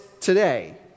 today